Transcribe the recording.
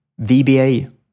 VBA